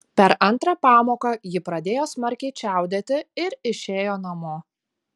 per antrą pamoką ji pradėjo smarkiai čiaudėti ir išėjo namo